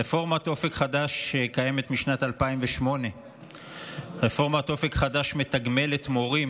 רפורמת אופק חדש קיימת משנת 2008. רפורמת אופק חדש מתגמלת מורים